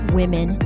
women